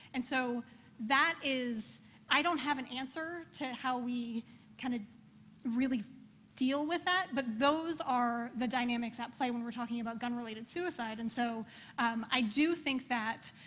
and so that is i don't have an answer to how we kind of really deal with that, but those are the dynamics at play when we're talking about gun-related suicide. and so i do think that,